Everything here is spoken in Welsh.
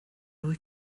wyt